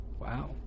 Wow